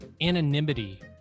anonymity